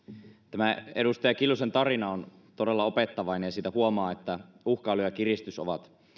tämä edustaja kiljusen tarina on todella opettavainen ja siitä huomaa että uhkailu ja kiristys ovat